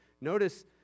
Notice